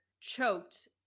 choked